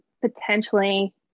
potentially